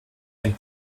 and